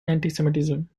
antisemitism